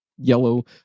yellow